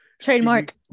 Trademark